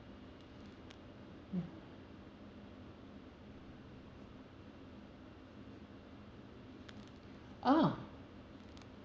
uh ah